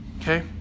Okay